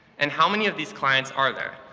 and how many of these clients are there?